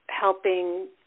helping